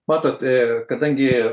matot kadangi